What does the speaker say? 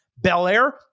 Belair